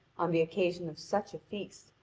on the occasion of such a feast,